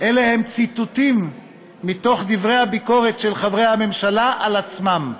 אלה הם ציטוטים מתוך דברי הביקורת של חברי הממשלה על עצמם.